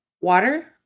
water